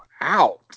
out